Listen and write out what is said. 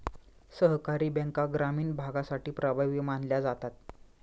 सहकारी बँका ग्रामीण भागासाठी प्रभावी मानल्या जातात